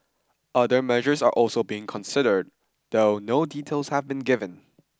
other measures are also being considered though no details have been given